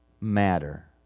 matter